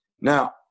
Now